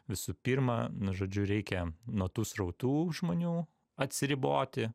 visų pirma nu žodžiu reikia nuo tų srautų žmonių atsiriboti